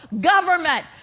government